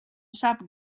sap